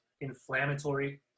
inflammatory